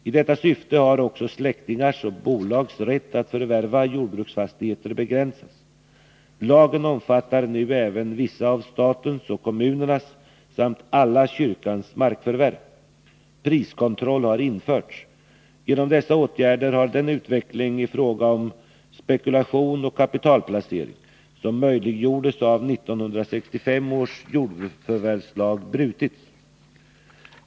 I detta syfte har också släktingars och bolags rätt att förvärva jordbruksfastigheter begränsats. Lagen omfattar nu även vissa av statens och kommunernas samt alla kyrkans markförvärv. Priskontroll har införts. Genom dessa åtgärder har den utveckling i fråga om spekulation och kapitalplacering som möjliggjordes av 1965 års jordförvärvslag brutits.